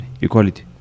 Equality